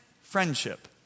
friendship